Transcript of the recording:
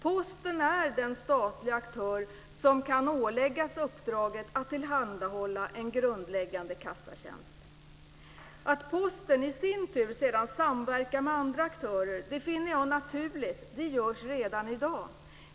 Posten är den statliga aktör som kan åläggas uppdraget att tillhandahålla en grundläggande kassatjänst. Att Posten i sin tur sedan samverkar med andra aktörer finner jag naturligt. Det görs redan i dag.